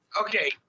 okay